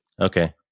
okay